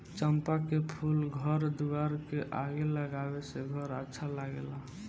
चंपा के फूल घर दुआर के आगे लगावे से घर अच्छा लागेला